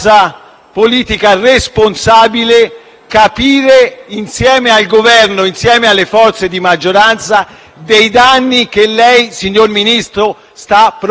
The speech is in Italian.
capire, insieme al Governo e alle forze di maggioranza, i danni che lei, signor Ministro, sta provocando al nostro Paese.